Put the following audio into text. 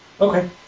Okay